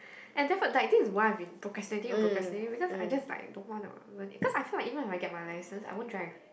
and definitely this is why I been procrastinating procrastinating because I just like I don't want learn it because I feel like even I get my license I won't drive